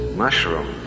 mushroom